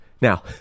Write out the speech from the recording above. Now